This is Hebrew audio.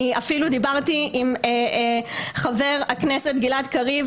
אני אפילו דיברתי עם חבר הכנסת גלעד קריב